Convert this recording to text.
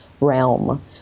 realm